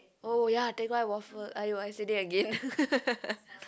oh ya Teck-Whye waffle !aiyo! I said that again